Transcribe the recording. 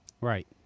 Right